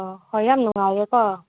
ꯑꯥ ꯍꯣꯏ ꯌꯥꯝ ꯅꯨꯡꯉꯥꯏꯔꯦꯀꯣ